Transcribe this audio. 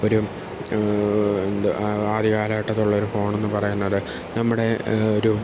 ഒരു ആദ്യ കാലഘട്ടത്തുള്ള ഒരു ഫോണെന്നു പറയുന്നത് നമ്മുടെ ഒരു